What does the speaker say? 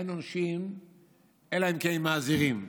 אין עונשין אלא אם כן מזהירים.